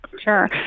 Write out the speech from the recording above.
Sure